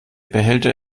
behälter